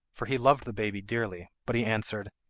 for he loved the baby dearly, but he answered,